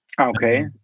okay